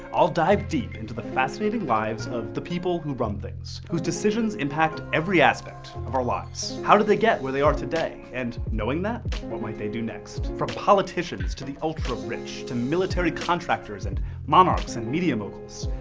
i'll dive deep into the fascinating lives of the people who run things. whose decisions impact every aspect our lives. how did they get where they are today and knowing that what might they do next? from politicians to the ultra rich, to military contractors and monarchs and media moguls.